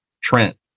Trent